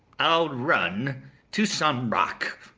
i'll run to some rock,